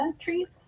treats